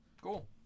cool